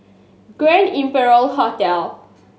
Grand Imperial Hotel